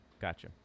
gotcha